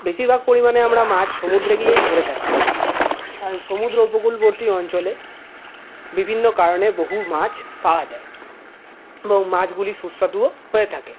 বেশিরভাগ পরিমাণে আমরা মাছ সমুদ্রে গিয়েই ধরে থাকি সমুদ্র উপকূলবর্তী অঞ্চলে বিভিন্ন কারণে বহু মাছ পাওয়া যায় এবং মাছগুলি সুস্বাদুও হয়ে থাকে